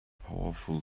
powerful